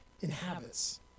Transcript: inhabits